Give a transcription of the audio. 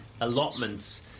allotments